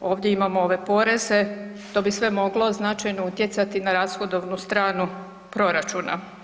ovdje imamo ove poreze, to bi sve moglo značajno utjecati na rashodovnu stranu proračuna.